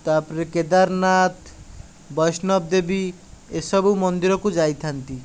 ତାପରେ କେଦାରନାଥ ବୈଷ୍ଣବଦେବୀ ଏସବୁ ମନ୍ଦିରକୁ ଯାଇଥାଆନ୍ତି